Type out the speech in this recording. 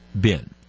bin